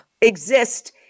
exist